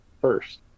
first